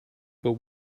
but